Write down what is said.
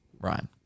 Ryan